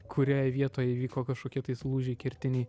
kurioj vietoj įvyko kažkokie tais lūžiai kertiniai